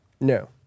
No